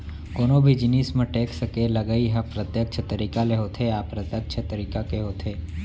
कोनो भी जिनिस म टेक्स के लगई ह प्रत्यक्छ तरीका ले होथे या अप्रत्यक्छ तरीका के होथे